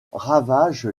ravage